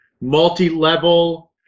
multi-level